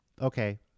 okay